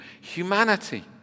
humanity